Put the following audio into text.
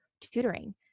tutoring